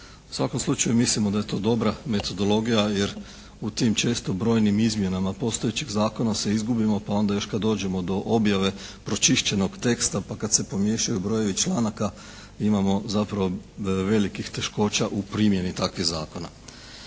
U svakom slučaju mislimo da je to dobra metodologija jer u tim često brojnim izmjenama postojećeg zakona se izgubimo pa onda još kad dođemo do objave pročišćenog teksta, pa kad se pomiješaju brojevi članaka imamo zapravo velikih teškoća u primjeni takvih zakona.